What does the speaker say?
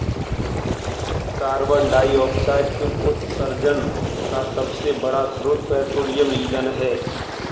carbon dioxide के उत्सर्जन का सबसे बड़ा स्रोत पेट्रोलियम ईंधन है